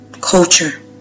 Culture